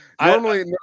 normally